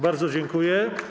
Bardzo dziękuję.